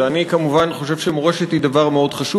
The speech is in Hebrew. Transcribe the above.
ואני כמובן חושב שמורשת היא דבר מאוד חשוב.